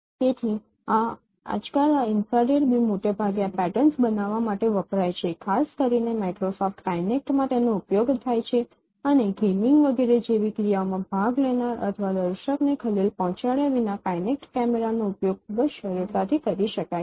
તેથી આજકાલ આ ઇન્ફ્રારેડ બીમ મોટેભાગે આ પેટર્ન્સ બનાવવા માટે વપરાય છે ખાસ કરીને માઇક્રોસોફ્ટ કાઇનેક્ટ માં તેનો ઉપયોગ થાય છે અને ગેમિંગ વગેરે જેવી ક્રિયાઓમાં ભાગ લેનાર અથવા દર્શકને ખલેલ પહોંચાડ્યા વિના કાઇનેક્ટ કેમેરાનો ઉપયોગ ખૂબ જ સરળતાથી કરી શકે છે